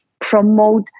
promote